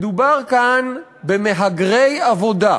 מדובר כאן במהגרי עבודה,